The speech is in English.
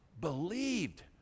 believed